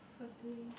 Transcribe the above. poor thing